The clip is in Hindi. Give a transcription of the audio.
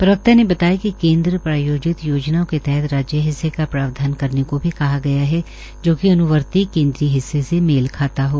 प्रवक्ता ने बताया कि केन्द्र प्रायोजित योजनाओं के तहत राज्य हिस्से का प्रावधान करने को भी कहा गया है जोकि अन्वर्ती केन्द्रीय हिस्से से मेल खाता हो